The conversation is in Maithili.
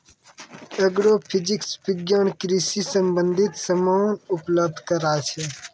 एग्रोफिजिक्स विज्ञान कृषि संबंधित समान उपलब्ध कराय छै